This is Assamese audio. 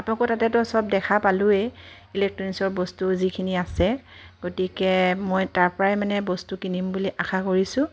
আপোনালোকৰ তাতেটো সব দেখা পালোৱে ইলেক্ট্ৰনিকছৰ বস্তু যিখিনি আছে গতিকে মই তাৰপৰাই মানে বস্তু কিনিম বুলি আশা কৰিছোঁ